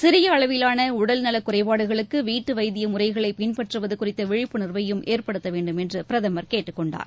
சிறியஅளவிலானஉடல்நலகுறைபாடுகளுக்குவீட்டுவைத்தியமுறைகளைபின்பற்றுவதுகுறித்தவிழிப்புணர் வையும் ஏற்படுத்தவேண்டும் என்றுபிரதமர் கேட்டுக்கொண்டார்